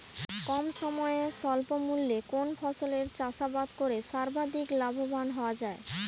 কম সময়ে স্বল্প মূল্যে কোন ফসলের চাষাবাদ করে সর্বাধিক লাভবান হওয়া য়ায়?